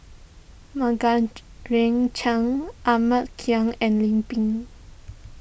ring Chan Ahmad Khan and Lim Pin